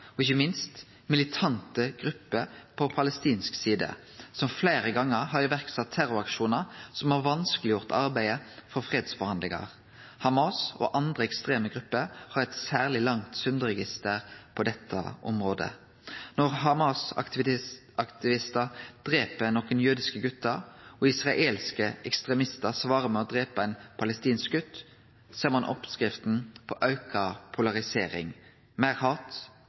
partar, ikkje minst militante grupper på palestinsk side, som fleire gonger har sett i verk terroraksjonar som har gjort arbeidet med fredsforhandlingar vanskeleg. Hamas og andre ekstreme grupper har eit særleg langt synderegister på dette området. Når Hamas-aktivistar drep nokre jødiske gutar og israelske ekstremistar svarar med å drepe ein palestinsk gut, ser ein oppskrifta på auka polarisering: meir hat